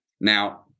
Now